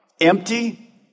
Empty